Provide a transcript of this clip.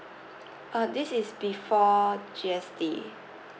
uh this is before G_S_T